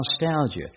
nostalgia